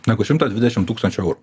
negu šimtas dvidešim tūkstančių eurų